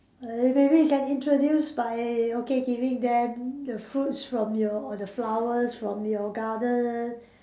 err maybe you can introduce by okay giving them the fruits from your or the flowers from your garden